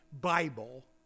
Bible